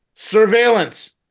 Surveillance